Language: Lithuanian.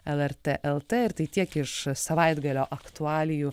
lrt lt ir tai tiek iš savaitgalio aktualijų